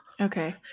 okay